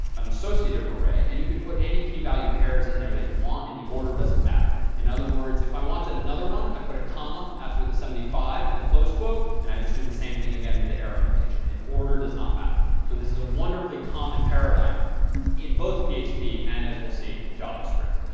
an associative array and you can put any key value pairs in there that you want and the order doesn't matter. in other words, if i wanted another one, i put a comma after the seventy five and the close quote and i just do the same thing again with the arrow notation, and order does not matter. so this is a wonderfully common paradigm in both php and, as we'll see, javascript.